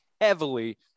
heavily